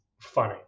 funny